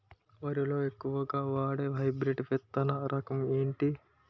వరి లో ఎక్కువుగా వాడే హైబ్రిడ్ విత్తన రకం ఏంటి?